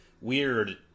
weird